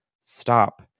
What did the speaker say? stop